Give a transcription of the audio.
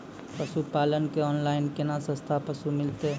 पशुपालक कऽ ऑनलाइन केना सस्ता पसु मिलतै?